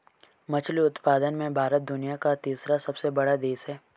मछली उत्पादन में भारत दुनिया का तीसरा सबसे बड़ा देश है